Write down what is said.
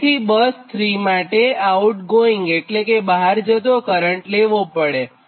તેથી બસ - 3 માટે આઉટગોઇંગ એટલે કે બહાર જતો કરંટ લેવો પડે